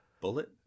Bullet